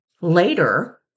Later